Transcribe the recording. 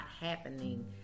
happening